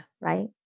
Right